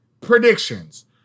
predictions